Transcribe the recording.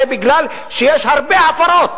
זה משום שיש הרבה הפרות.